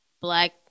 black